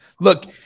Look